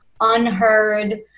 unheard